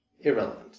Irrelevant